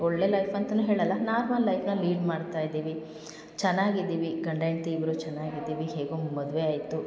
ಒಳ್ಳೆಯ ಲೈಫ್ ಅಂತಲೂ ಹೇಳಲ್ಲ ನಾರ್ಮಲ್ ಲೈಫನ್ನ ಲೀಡ್ ಮಾಡ್ತಾ ಇದ್ದೀವಿ ಚೆನ್ನಾಗಿ ಇದ್ದೀವಿ ಗಂಡ ಹೆಂಡತಿ ಇಬ್ಬರು ಚೆನ್ನಾಗಿ ಇದ್ದೀವಿ ಹೇಗೋ ಮದುವೆ ಆಯಿತು